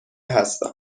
هستم